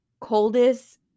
coldest